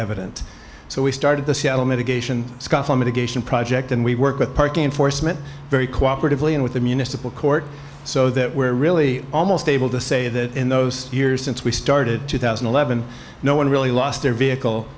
evident so we started the seattle mitigation scofflaw mitigation project and we work with parking enforcement very cooperatively and with the municipal court so that we're really almost able to say that in those years since we started two thousand and eleven no one really lost their vehicle